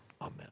Amen